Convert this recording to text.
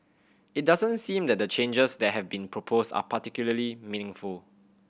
it doesn't seem that the changes that have been proposed are particularly meaningful